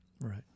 Right